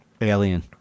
alien